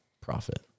profit